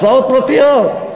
הצעות פרטיות.